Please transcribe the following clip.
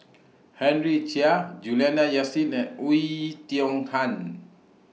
Henry Chia Juliana Yasin and Oei Tiong Ham